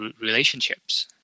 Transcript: relationships